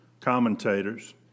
commentators